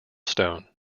stone